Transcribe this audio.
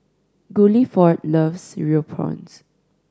Guilford loves Cereal Prawns